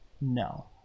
No